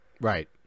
Right